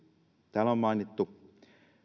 täällä on mainittu